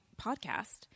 podcast